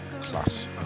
class